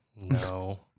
No